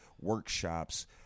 workshops